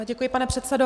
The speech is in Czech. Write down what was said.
Děkuji, pane předsedo.